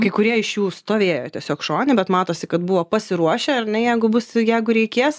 kai kurie iš jų stovėjo tiesiog šone bet matosi kad buvo pasiruošę ar ne jeigu bus jeigu reikės